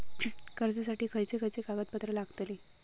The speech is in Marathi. कर्जासाठी खयचे खयचे कागदपत्रा लागतली?